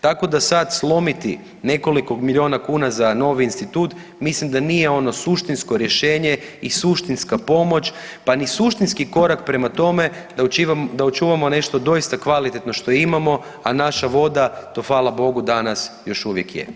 Tako da sad slomiti nekoliko miliona kuna za novi institut mislim da nije ono suštinsko rješenje i suštinska pomoć pa ni suštinski korak prema tome da očuvamo nešto doista kvalitetno što imamo, a naša voda to hvala Bogu to danas još uvijek je.